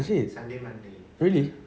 is it really